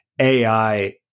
AI